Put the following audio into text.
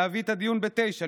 להביא את הדיון ב-09:00,